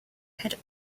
had